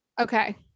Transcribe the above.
Okay